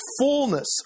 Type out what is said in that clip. fullness